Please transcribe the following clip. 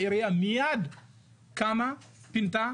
העירייה מייד קמה ופינתה.